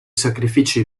sacrifici